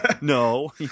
No